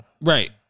Right